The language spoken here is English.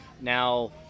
Now